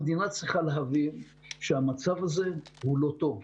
המדינה צריכה להבין שהמצב הזה לא טוב.